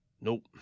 Nope